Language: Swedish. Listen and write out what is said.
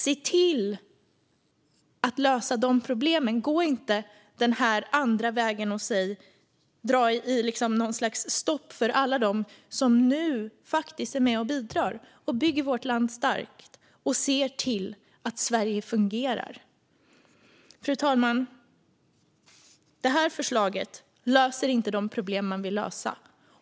Se till att lösa de problemen, och gå inte den andra vägen. Sätt inte stopp för alla dem som nu faktiskt är med och bidrar och bygger vårt land starkt och som ser till att Sverige fungerar. Fru talman! Det här förslaget löser inte de problem man vill lösa.